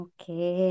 Okay